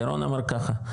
ירון אמר ככה,